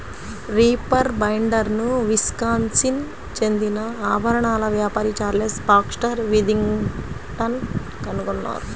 reaper బైండర్ను Wisconsin చెందిన ఆభరణాల వ్యాపారి చార్లెస్ బాక్స్టర్ విథింగ్టన్ కనుగొన్నారు